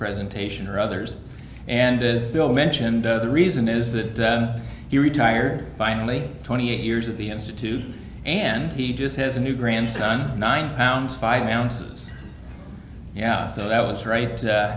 presentation or others and is bill mentioned the reason is that he retired finally twenty eight years at the institute and he just has a new grandson nine pounds five ounces yeah so that was right